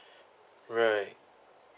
right